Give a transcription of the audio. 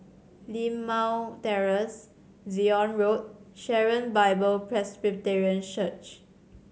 Limau Terrace Zion Road Sharon Bible Presbyterian Church